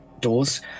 doors